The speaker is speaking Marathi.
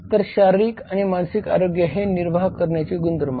तर शारीरिक आणि मानसिक आरोग्य हे निर्वाह करण्याचे गुणधर्म आहेत